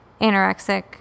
anorexic